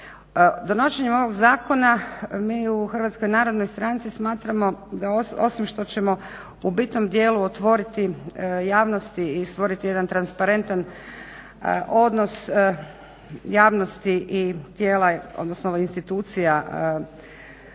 Donošenjem ovog zakona mi u HNS-u smatramo da osim što ćemo u bitnom dijelu otvoriti javnosti i stvoriti jedan transparentan odnos javnosti i tijela odnosno tijela